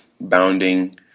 bounding